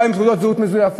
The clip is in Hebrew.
באו עם תעודות זהות מזויפות.